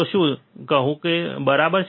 તો તે શું કહે છે બરાબર